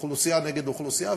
אוכלוסייה נגד אוכלוסייה,